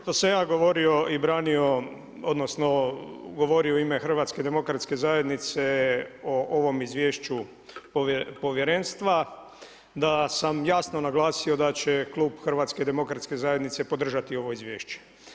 što sam ja govorio i branio, odnosno, govorio u ime HDZ-a, o ovom izvješću povjerenstva, da sam jasno naglasio da će Klub HDZ podržati ovo izvješće.